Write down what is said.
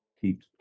keep